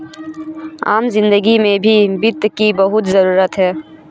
आम जिन्दगी में भी वित्त की बहुत जरूरत है